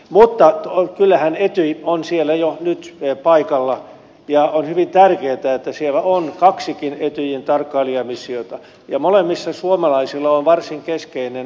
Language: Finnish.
mutta kyllähän etyj on siellä jo nyt paikalla ja on hyvin tärkeätä että siellä on kaksi kin etyjin tarkkailijamissiota ja molemmissa suomalaisilla on varsin keskeinen osuus